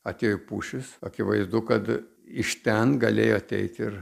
atėjo pušys akivaizdu kad iš ten galėjo ateiti ir